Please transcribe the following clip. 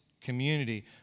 community